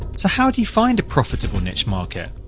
so how do you find a profitable niche market?